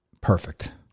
Perfect